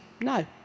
No